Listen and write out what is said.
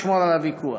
לשמור על הוויכוח.